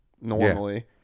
normally